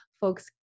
folks